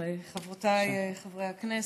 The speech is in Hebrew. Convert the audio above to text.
חברותיי וחבריי הכנסת,